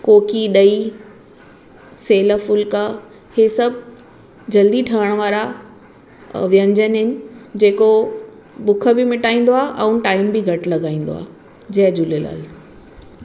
कोकी ॾही सियल फुलिका हे सभु जल्दी ठहणु वारा व्यंजन आहिनि जेको बुख बि मिटाईंदो आहे ऐं टाइम बि घटि लॻाईंदो आहे जय झूलेलाल